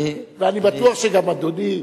ואני בטוח שגם אדוני,